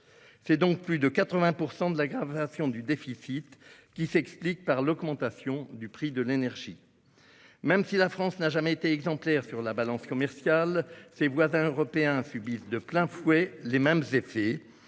C'est donc plus de 80 % de l'aggravation du déficit qui s'explique par l'augmentation du prix de l'énergie. Même si la France n'a jamais été exemplaire sur sa balance commerciale, ses voisins européens subissent de plein fouet les mêmes effets,